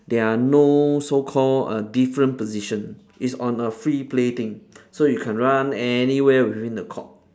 there are no so called a different position it's on a free play thing so you can run anywhere within the court